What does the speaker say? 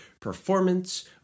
performance